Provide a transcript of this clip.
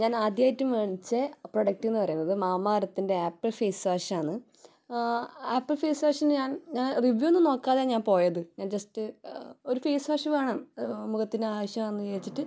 ഞാൻ ആദ്യമായിട്ട് മേണിച്ച പ്രൊഡക്ട് എന്ന് പറയുന്നത് മാമാ എർത്തിൻ്റെ ആപ്പിൾ ഫേസ് വാഷാണ് ആപ്പിൾ ഫേസ് വാഷ് ഞാൻ ഞാൻ റിവ്യൂ ഒന്നും നോക്കാതെ ഞാൻ പോയത് ഞാൻ ജസ്റ്റ് ഒരു ഫേസ് വാഷ് വേണം മുഖത്തിന് ആവശ്യമാണെന്ന് വെച്ചിട്ട്